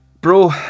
Bro